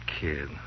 kid